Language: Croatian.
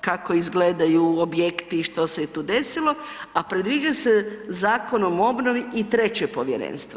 kako izgledaju objekti, što se je tu desilo, a predviđa se zakonom o obnovi i treće povjerenstvo.